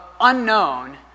unknown